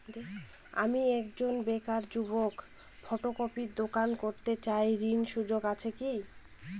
আমি একজন বেকার যুবক ফটোকপির দোকান করতে চাই ঋণের সুযোগ আছে কি?